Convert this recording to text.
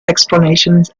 explanations